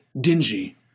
dingy